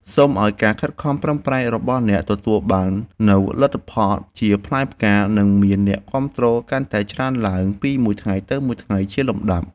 សូមឱ្យការខិតខំប្រឹងប្រែងរបស់អ្នកទទួលបាននូវលទ្ធផលជាផ្លែផ្កា និងមានអ្នកគាំទ្រកាន់តែច្រើនឡើងពីមួយថ្ងៃទៅមួយថ្ងៃជាលំដាប់។